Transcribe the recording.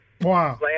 Wow